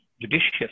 Judicious